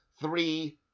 three